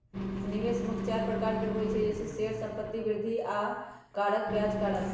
निवेश मुख्य चार प्रकार के होइ छइ जइसे शेयर, संपत्ति, वृद्धि कारक आऽ ब्याज कारक